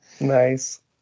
Nice